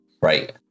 right